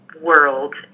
world